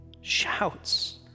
shouts